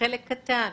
חלק קטן